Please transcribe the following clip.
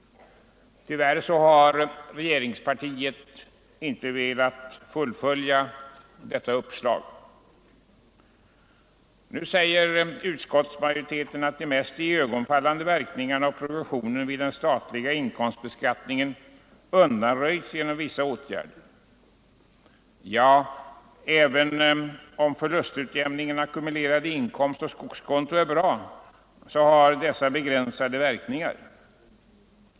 Tyvärr har regeringspartiet inte velat fullfölja detta uppslag. Nu säger utskottsmajoriteten att ”de mest iögonenfallande verkningarna av progressionen vid den statliga inkomstbeskattningen undanröjts”. Ja, även om reglerna för förlustutjämning, ackumulerad inkomst och skogskonto är bra så har dessa möjligheter begränsade verkningar.